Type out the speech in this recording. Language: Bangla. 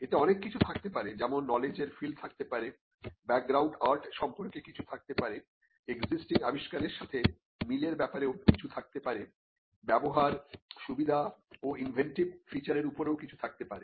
এতে অনেক কিছু থাকতে পারে যেমন নলেজ এর ফিল্ড থাকতে পারে ব্যাকগ্রাউন্ড আর্ট সম্পর্কে কিছু থাকতে পারে এক্সিস্টিং আবিস্কারের সাথে মিলের ব্যাপারেও কিছু থাকতে পারে ব্যবহার সুবিধা ও ইনভেন্টিভ ফিচারের উপরেও কিছু থাকতে পারে